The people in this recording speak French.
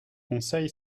conseil